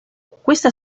questa